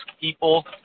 people